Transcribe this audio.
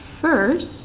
first